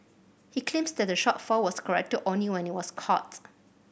he claimed that the shortfall was corrected only when it was